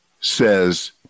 says